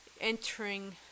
entering